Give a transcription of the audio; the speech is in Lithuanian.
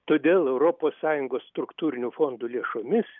todėl europos sąjungos struktūrinių fondų lėšomis